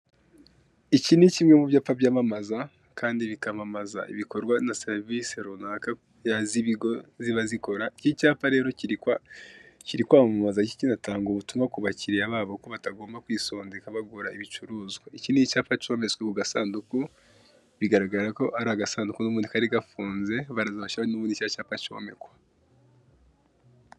Iki ni kimwe mu byapa byamamaza kandi bikamamaza ibikorwa na serivisi runaka z'ibigo ziba zikora. Iki cyapa rero kiri kwamamaza kinatanga ubutumwa ku bakiriya babo ko batagomba kwisondeka bagura ibicuruzwa. Iki ni icyapa cyometse ku gasanduku, bigaragara ko ari agasanduki n'ubundi kari gafunze, baraza bashyiraho n'ubundi cya cyapa cyomekwa.